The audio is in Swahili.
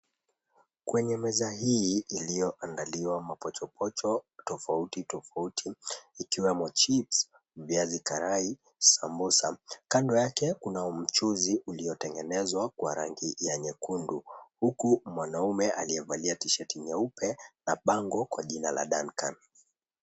Kwenye meza hii iliyoandaliwa mapochopocho tofauti tofauti ikiwemo chips, viazi karai, sambusa, kando yake kuna mchuuzi uliotengenezwa kwa rangi ya nyekundu huku mwanaume aliyevalia tishati nyeupe na bango kwa jina la Dancan.